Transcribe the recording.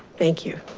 thank you.